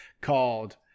called